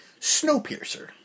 Snowpiercer